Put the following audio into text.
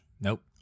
Nope